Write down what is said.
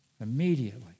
Immediately